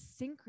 synchrony